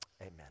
amen